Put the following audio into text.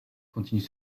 continue